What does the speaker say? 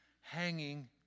hanging